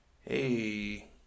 hey